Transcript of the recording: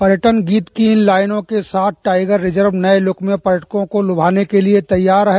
पर्यटन गीत की इन लाइनों के साथ टाइगर रिजर्व नए लुक में पर्यटकों को लुभाने के लिए तैयार है